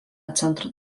centro